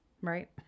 Right